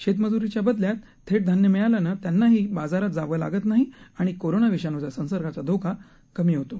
शेतमजूरीच्या बदल्यात थेट धान्य मिळाल्यानं त्यांनाही बाजारात जावं लागत नाही आणि कोरोना विषाणू संसर्गाचा धोका कमी होतो